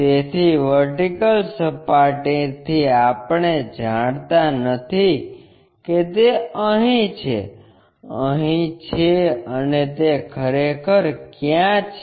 તેથી વર્ટિકલ સપાટીથી આપણે જાણતા નથી કે તે અહીં છે અહીં છે અને તે ખરેખર ક્યાં છે